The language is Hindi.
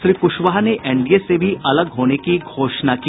श्री कुशवाहा ने एनडीए से भी अलग होने की घोषणा की